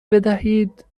بدهید